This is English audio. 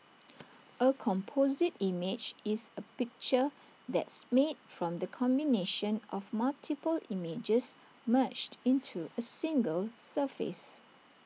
A composite image is A picture that's made from the combination of multiple images merged into A single surface